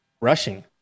rushing